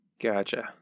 gotcha